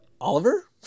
Oliver